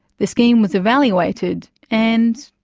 the scheme was evaluated and.